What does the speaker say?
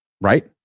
Right